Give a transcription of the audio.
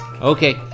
Okay